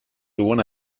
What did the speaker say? duen